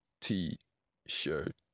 t-shirt